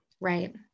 Right